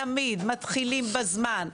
תמיד מתחילים בזמן.